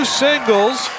singles